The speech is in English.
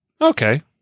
Okay